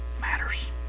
matters